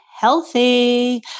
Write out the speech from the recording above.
healthy